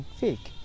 fake